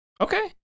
Okay